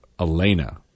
Elena